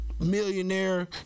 Millionaire